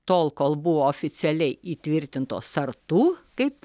tol kol buvo oficialiai įtvirtintos sartų kaip